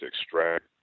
extract